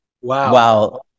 Wow